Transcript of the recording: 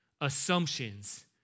assumptions